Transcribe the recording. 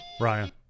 Ryan